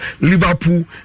Liverpool